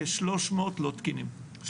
כ-300 לא תקינים.